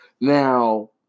Now